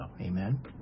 Amen